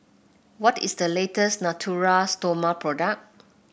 what is the latest Natura Stoma product